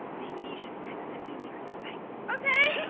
maybe you should text it to me or something okay?